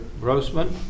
Grossman